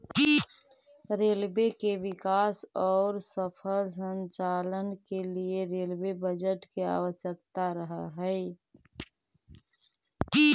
railway के विकास औउर सफल संचालन के लिए रेलवे बजट के आवश्यकता रहऽ हई